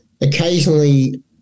Occasionally